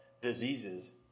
diseases